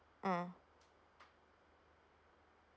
mm